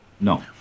No